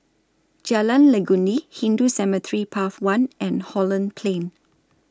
Jalan Legundi Hindu Cemetery Path one and Holland Plain